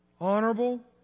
Honorable